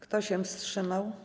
Kto się wstrzymał?